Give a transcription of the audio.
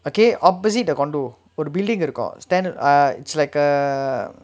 okay opposite the condominium ஒரு:oru building இருக்கோ:irukko stand ah it's like a